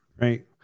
right